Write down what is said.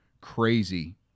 crazy